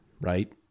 right